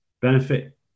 benefit